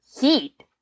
Heat